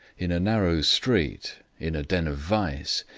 in a narrow street, in a den of vice,